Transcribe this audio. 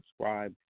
subscribe